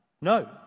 No